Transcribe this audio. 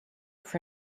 for